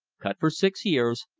cut for six years,